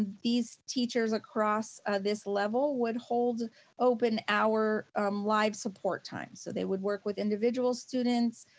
these teachers across this level would hold open hour um live support time. so they would work with individuals students,